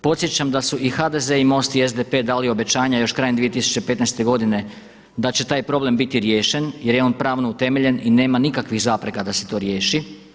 Podsjećam da su i HDZ i MOST i SDP dali obećanja još krajem 2015. godine da će taj problem biti riješen jer je on pravno utemeljen i nema nikakvih zapreka da se to riješi.